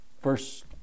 first